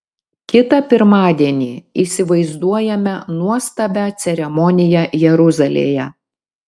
kitą pirmadienį įsivaizduojame nuostabią ceremoniją jeruzalėje